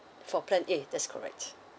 for plan A that's correct